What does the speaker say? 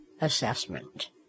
assessment